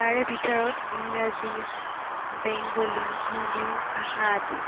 তাৰে ভিতৰত ইংৰাজী বেংগলী হিন্দী ভাষা আদি